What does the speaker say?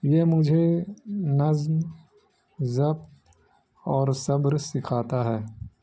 یہ مجھے نظم ضب اور صبر سکھاتا ہے